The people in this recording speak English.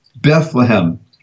Bethlehem